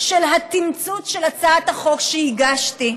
של התמצות של הצעת החוק שהגשתי.